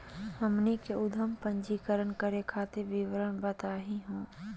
हमनी के उद्यम पंजीकरण करे खातीर विवरण बताही हो?